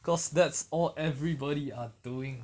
because that's all everybody are doing